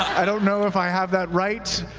i don't know if i have that right.